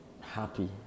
happy